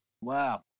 Wow